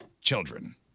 Children